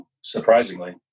surprisingly